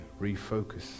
Refocus